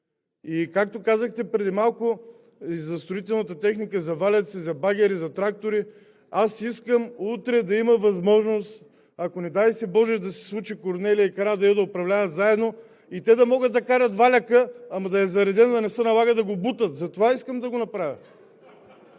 Както казахте преди малко за строителната техника, за валяци, за багери, за трактори, аз искам утре да има възможност, ако не дай си боже да се случи Корнелия и Карадайъ да управляват заедно и те да могат да карат валяка, ама да е зареден – да не се налага да се бутат. Затова искам да го направя.